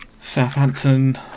Southampton